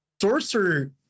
Sorcerer